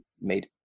made